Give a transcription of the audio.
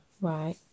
Right